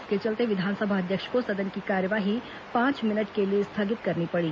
इसके चलते विधानसभा अध्यक्ष को सदन की कार्यवाही पांच मिनट के स्थगित करनी पड़ी